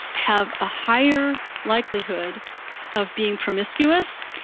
have a higher likelihood of being promiscuous,